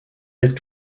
est